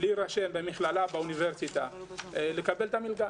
להירשם במכללה או באוניברסיטה לקבל את המלגה.